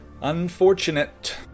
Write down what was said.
Unfortunate